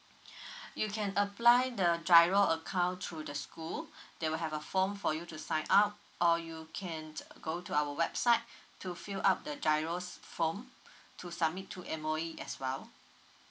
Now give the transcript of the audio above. you can apply the GIRO account through the school they will have a form for you to sign up or you can go to our website to fill up the GIRO's form to submit to M_O_E as well